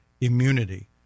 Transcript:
immunity